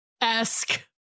esque